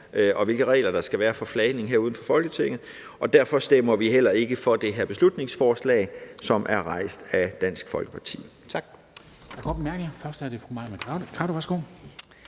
om, hvilke regler der skal være for flagning her uden for Folketinget, og derfor stemmer vi heller ikke for det her beslutningsforslag, som er rejst af Dansk Folkeparti. Tak.